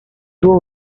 two